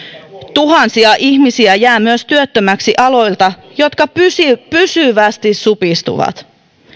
tuhansia ihmisiä jää myös työttömäksi aloilta jotka pysyvästi pysyvästi supistuvat